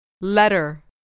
Letter